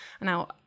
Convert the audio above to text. now